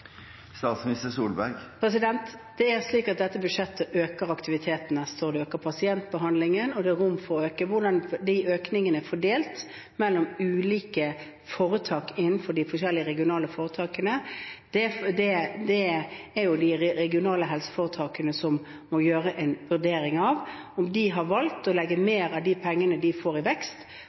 Det er slik at dette budsjettet øker aktivitetene, så det øker pasientbehandlingen, og det er rom for å øke. Hvordan de økningene er fordelt mellom ulike foretak innenfor de forskjellige regionale foretakene, er det de regionale helseforetakene som må gjøre en vurdering av. Om de velger å legge mer av de pengene de får i vekst,